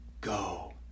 go